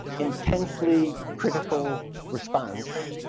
intensely critical response,